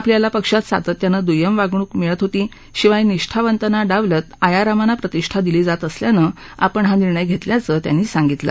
आपल्याला पक्षात सातत्यानं दुय्यम वागणूक मिळत होती शिवाय निष्ठावंताना डावलत आयारामांना प्रतिष्ठा दिली जात असल्यानं आपण हा निर्णय घेतल्याचं त्यांनी सांगितलं